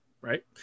right